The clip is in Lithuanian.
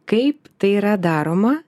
kaip tai yra daroma